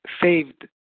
saved